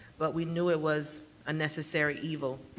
but we knew it was a necessary evil,